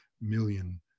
million